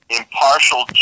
impartial